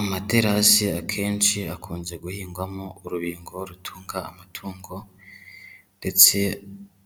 Amaterasi akenshi akunze guhingwamo urubingo rutunga amatungo ndetse